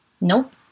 Nope